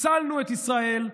הצלנו את ישראל,